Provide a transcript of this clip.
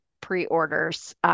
pre-orders